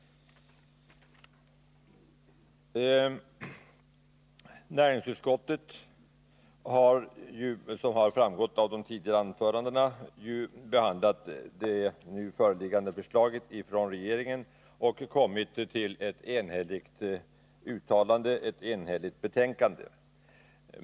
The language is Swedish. Näringsutskottet har, såsom framgått av de tidigare anförandena, behandlat det föreliggande förslaget från regeringen och kommit fram till ett enhälligt betänkande.